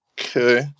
Okay